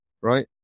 right